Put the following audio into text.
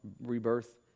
rebirth